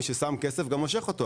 מי ששם כסף גם מושך אותו.